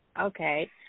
Okay